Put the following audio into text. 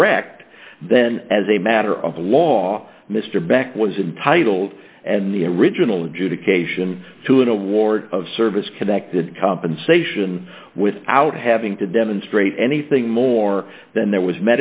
correct then as a matter of law mr back was intitled and the original adjudication to an award of service connected compensation without having to demonstrate anything more than there was